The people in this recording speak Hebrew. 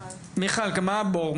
מיכל, מה הבור?